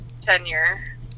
tenure